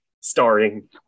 starring